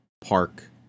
park